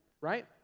right